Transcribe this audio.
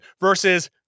versus